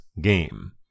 game